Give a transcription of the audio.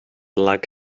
lack